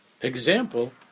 example